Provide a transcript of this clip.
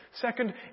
Second